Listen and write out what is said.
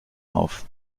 auf